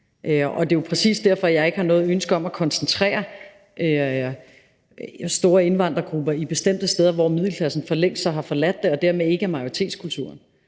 Og det er jo præcis derfor, jeg ikke har noget ønske om at koncentrere store indvandrergrupper i bestemte områder, som middelklassen for længst har forladt og dermed ikke er majoritetskultur.